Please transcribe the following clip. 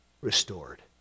restored